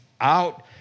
out